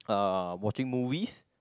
uh watching movies